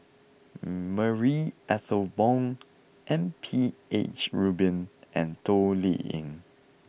Marie Ethel Bong M P H Rubin and Toh Liying